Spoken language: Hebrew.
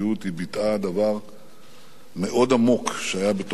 היא ביטאה דבר מאוד עמוק שהיה בתוכו,